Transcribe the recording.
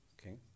Okay